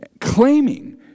claiming